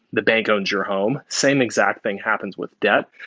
the bank owns your home. same exact thing happens with debt.